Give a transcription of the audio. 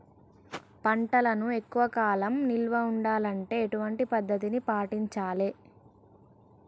పంటలను ఎక్కువ కాలం నిల్వ ఉండాలంటే ఎటువంటి పద్ధతిని పాటించాలే?